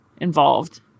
involved